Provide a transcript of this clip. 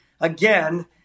again